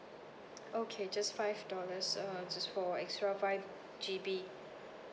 okay just five dollars uh just for extra five G_B